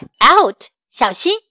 out,小心